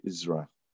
Israel